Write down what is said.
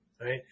right